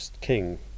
king